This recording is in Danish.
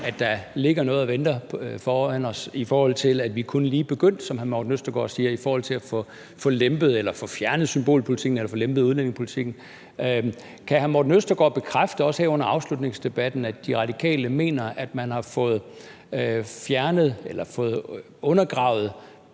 at der ligger noget og venter foran os, fordi vi kun lige er begyndt på, som hr. Morten Østergaard siger, at få lempet eller fjernet symbolpolitikken eller få lempet udlændingepolitikken. Kan hr. Morten Østergaard bekræfte også her under afslutningsdebatten, at De Radikale mener, at man har fået undergravet